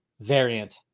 variant